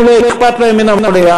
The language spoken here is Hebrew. אם לא אכפת להם מן המליאה,